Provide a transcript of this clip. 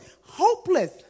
hopeless